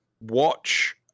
watch